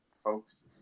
Folks